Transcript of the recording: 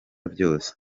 byose